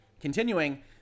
Continuing